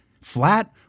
Flat